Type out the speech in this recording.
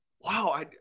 wow